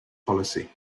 polisi